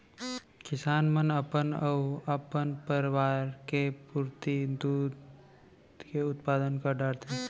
किसान मन अपन अउ अपन परवार के पुरती दूद के उत्पादन कर डारथें